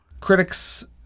Critics